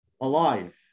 alive